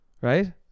Right